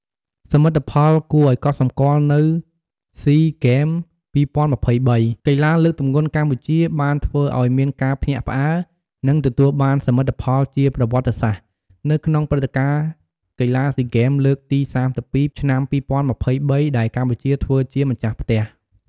សមិទ្ធផលគួរឱ្យកត់សម្គាល់នៅ SEA Games 2023 កីឡាលើកទម្ងន់កម្ពុជាបានធ្វើឱ្យមានការភ្ញាក់ផ្អើល និងទទួលបានសមិទ្ធផលជាប្រវត្តិសាស្ត្រ នៅក្នុងព្រឹត្តិការណ៍កីឡាស៊ីហ្គេមលើកទី៣២ ឆ្នាំ២០២៣ ដែលកម្ពុជាធ្វើជាម្ចាស់ផ្ទះ។